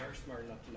smart enough